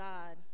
God